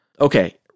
Okay